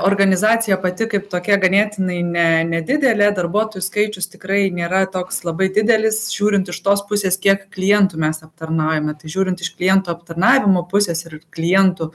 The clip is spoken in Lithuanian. organizacija pati kaip tokia ganėtinai ne nedidelė darbuotojų skaičius tikrai nėra toks labai didelis žiūrint iš tos pusės kiek klientų mes aptarnaujame tai žiūrint iš iš klientų aptarnavimo pusės ir į klientų